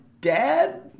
dad